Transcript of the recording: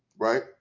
right